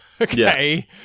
Okay